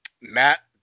Matt